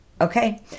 Okay